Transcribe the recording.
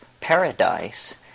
paradise